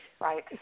Right